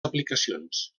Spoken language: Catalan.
aplicacions